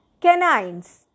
Canines